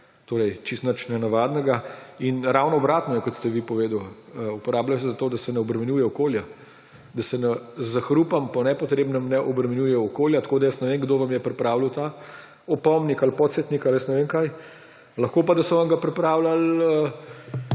torej ni čisto nič nenavadnega. In ravno obratno je, kot ste vi povedali, uporabljajo se, da se ne obremenjuje okolje, da se s hrupom po nepotrebnem ne obremenjuje okolje. Tako da jaz ne vem, kdo vam je pripravljal ta opomnik ali podsetnik ali ne vem kaj. Lahko da so vam ga pripravljali